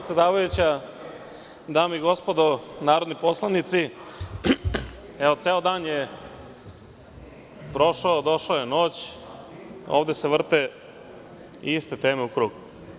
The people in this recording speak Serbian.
Dame i gospodo narodni poslanici, evo, ceo dan je prošao, došla je noć, a ovde se vrte iste teme u krug.